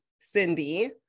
Cindy